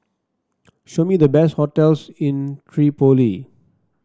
show me the best hotels in Tripoli